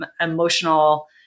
emotional